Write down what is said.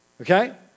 Okay